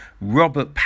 Robert